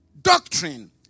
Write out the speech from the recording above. doctrine